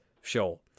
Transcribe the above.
show